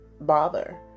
bother